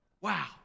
Wow